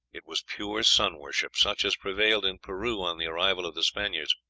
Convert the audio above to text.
it was pure sun-worship, such as prevailed in peru on the arrival of the spaniards.